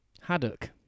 Haddock